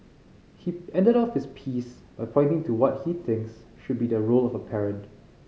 he ended off his piece by pointing to what he thinks should be the role of a parent